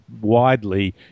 widely